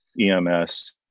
EMS